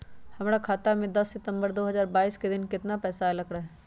हमरा खाता में दस सितंबर दो हजार बाईस के दिन केतना पैसा अयलक रहे?